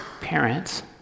parents